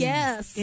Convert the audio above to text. Yes